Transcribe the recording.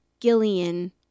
Gillian